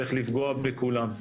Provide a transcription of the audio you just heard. צריך לפגוע בכולם.